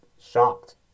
shocked